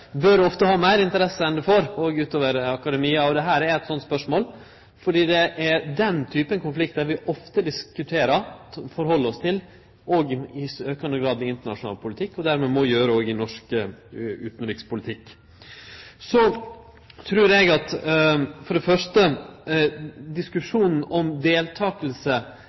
utover akademia. Dette er eit sånt spørsmål, fordi det er den typen konfliktar vi ofte diskuterer og held oss til, òg i aukande grad i internasjonal politikk, og dermed må vi òg gjere det i norsk utanrikspolitikk. Så trur eg for det første at diskusjonen om